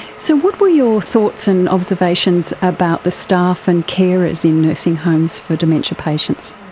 so what were your thoughts and observations about the staff and carers in nursing homes for dementia patients?